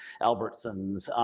albertsons,